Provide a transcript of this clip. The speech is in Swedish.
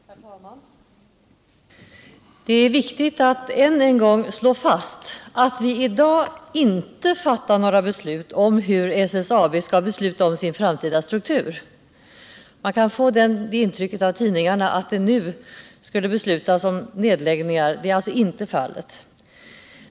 Herr talman! Det är viktigt att än en gång slå fast att vi i dag inte fattar några beslut om hur SSAB skall besluta om sin framtida struktur. När man läser tidningarna kan man nämligen få intrycket att det nu skulle beslutas om nedläggningar, men det är alltså inte fallet.